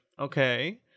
okay